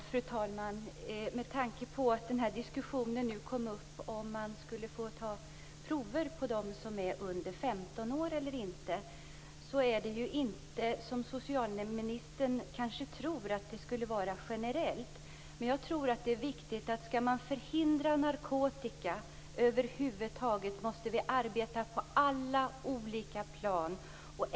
Fru talman! Med tanke på att diskussionen nu kom upp om att ta prover på dem som är under 15 år, vill jag påpeka att detta inte skulle vara generellt, som socialministern kanske tror. Men om vi skall kunna förhindra narkotikamissbruk över huvud taget är det viktigt att arbeta på alla olika plan.